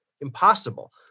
impossible